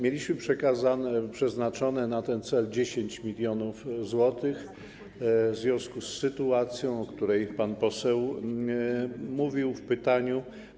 Mieliśmy przeznaczone na ten cel 10 mln zł w związku z sytuacją, o której pan poseł mówił w pytaniu.